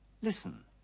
Listen